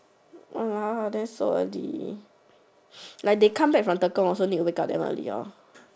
!walao! then so early like they come back from Tekong also need to wake up damn early lor